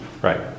Right